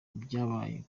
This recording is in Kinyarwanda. byabaye